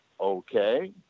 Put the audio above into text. Okay